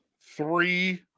three